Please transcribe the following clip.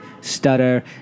stutter